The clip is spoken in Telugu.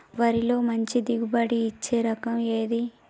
వరిలో మంచి దిగుబడి ఇచ్చే రకం ఏది?